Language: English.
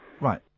Right